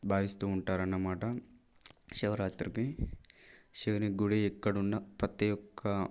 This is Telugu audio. భావిస్తూ ఉంటారన్నమాట శివరాత్రికి శివుని గుడి ఎక్కడున్నా ప్రతి యొక్క